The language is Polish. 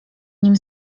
nim